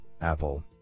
Apple